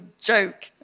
joke